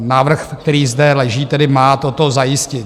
Návrh, který zde leží, má toto zajistit.